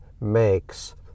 makes